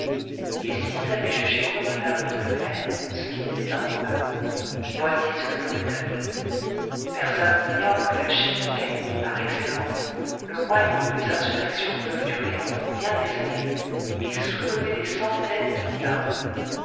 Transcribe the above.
et s'ils avaient jugé convenable de le faire ce qui n'était pas probable voici ce que l'on eût appris personne n'ignore que la chine est par excellence le royaume où les insurrections peuvent durer pendant bien des années et soulever des centaines de mille hommes